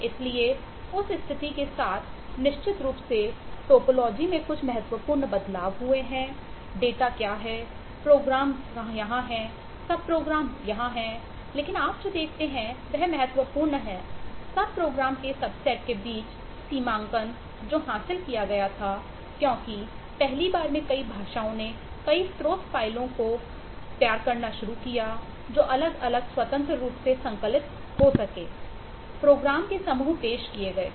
इसलिए उस स्थिति के साथ निश्चित रूप से टोपोलॉजी के समूह पेश किए गए थे